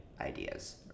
ideas